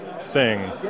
sing